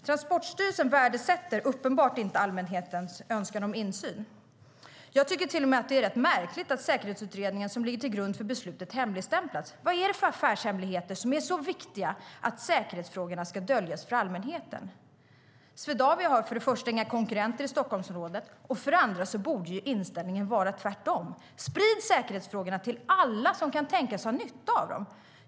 Transportstyrelsen värdesätter uppenbart inte allmänhetens önskan om insyn. Det är till och med rätt märkligt att säkerhetsutredningen som ligger till grund för beslutet hemligstämplats. Vad är det för affärshemligheter som är så viktiga att säkerhetsfrågorna ska döljas för allmänheten? Swedavia har för det första inga konkurrenter i Stockholmsområdet, och för det andra borde inställningen vara tvärtom. Sprid säkerhetsfrågorna till alla som kan tänkas ha nytta av dem.